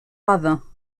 ravin